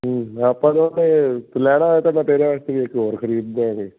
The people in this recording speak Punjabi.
ਆਪਾਂ ਤਾਂ ਉੱਥੇ ਲੈਣਾ ਉਹ ਤਾਂ ਮੈਂ ਤੇਰੇ ਵਾਸਤੇ ਇੱਕ ਹੋਰ ਖਰੀਦ ਦੇਵਾਂਗੇ